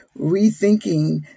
rethinking